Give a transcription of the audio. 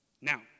Now